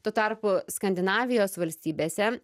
tuo tarpu skandinavijos valstybėse